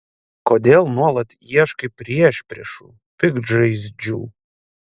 kodėl nuolat ieškai priešpriešų piktžaizdžių